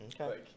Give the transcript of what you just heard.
Okay